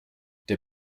der